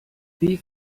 wie